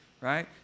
right